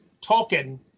token